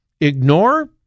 ignore